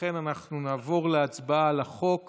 לכן אנחנו נעבור להצבעה על החוק